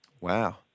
Wow